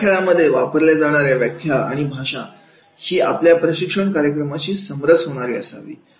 या खेळामध्ये वापरल्या जाणार्या व्याख्या आणि भाषा ही आपल्या प्रशिक्षण कार्यक्रमाशी समरस होणारी असावी